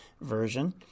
version